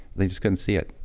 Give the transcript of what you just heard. they just couldn't see it,